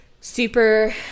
super